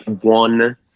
one